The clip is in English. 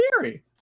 theory